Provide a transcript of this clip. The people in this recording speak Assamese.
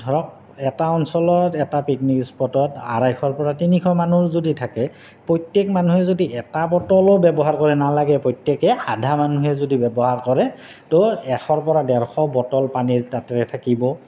ধৰক এটা অঞ্চলত এটা পিকনিক স্পটত আঢ়ৈশৰপৰা তিনিশ মানুহ যদি থাকে প্ৰত্যেক মানুহে যদি এটা বটলো ব্যৱহাৰ কৰে নালাগে প্ৰত্যেকে আধা মানুহে যদি ব্যৱহাৰ কৰে তো এশৰপৰা ডেৰশ বটল পানীৰ তাতে থাকিব